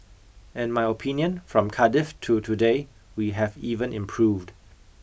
in my opinion from Cardiff to today we have even improved